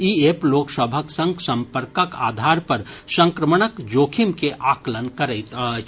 ई app लोक सभक संग संपर्कक आधार पर संक्रमणक जोखिम के आकलन करैत अछि